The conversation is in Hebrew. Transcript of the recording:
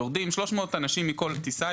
יורדים 300 אנשים מכל טיסה,